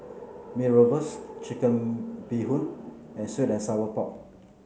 Mee Rebus Chicken Bee Hoon and sweet and Sour Pork